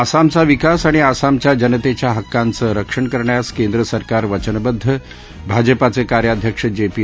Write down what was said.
आसामचा विकास आणि आसामच्या जनतेच्या हक्काचं रक्षण करण्यास केंद्र सरकार वचनबद्ध भाजपाचे कार्याध्यक्ष जे पी